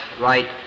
right